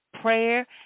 prayer